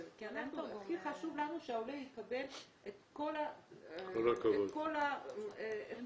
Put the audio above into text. בצורה יוצאת דופן כי הכי חשוב לנו שהעולה יקבל את כל מה שאפשר.